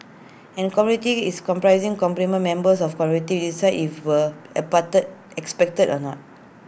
and A community is comprising prominent members of community decide if were accepted or not